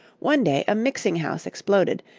one day a mixing-house exploded,